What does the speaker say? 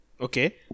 Okay